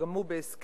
שגם הוא בהסכם